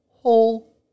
Whole